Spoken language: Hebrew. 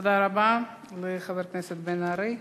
תודה רבה לחבר הכנסת בן-ארי.